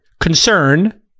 concern